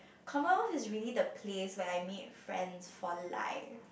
Commonwealth is really the place where I meet friends for life